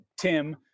Tim